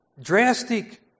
drastic